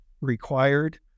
required